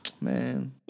Man